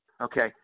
Okay